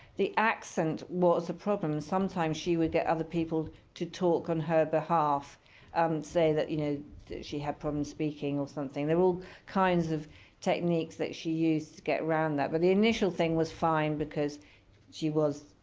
the accent was a problem. and sometimes she would get other people to talk on her behalf and um say that you know she had problems speaking or something. there were all kinds of techniques that she used to get around that. but the initial thing was fine because she was,